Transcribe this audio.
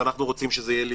אנחנו רוצים שזה יהיה לפני,